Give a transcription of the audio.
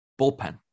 bullpen